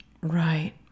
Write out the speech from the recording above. Right